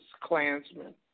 Klansmen